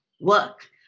Work